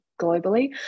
globally